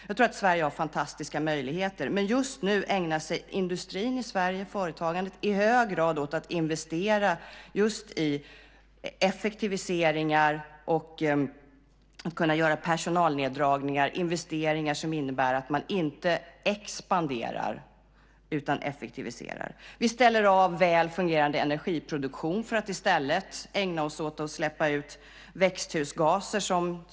Jag tror att Sverige har fantastiska möjligheter. Men just nu ägnar sig industrin och företagen i Sverige i hög grad åt att investera i effektiviseringar för att kunna göra personalneddragningar. Det är investeringar som innebär att man inte expanderar utan effektiviserar. Vi ställer av väl fungerande energiproduktion för att i stället ägna oss åt att släppa ut växthusgaser.